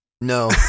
No